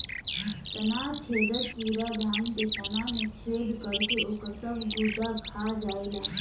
तना छेदक कीड़ा धान के तना में छेद करके ओकर सब गुदा खा जाएला